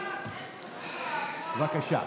בבקשה.